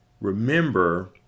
remember